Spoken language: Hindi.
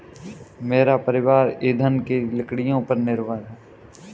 मेरा परिवार ईंधन के लिए लकड़ी पर निर्भर है